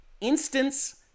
instance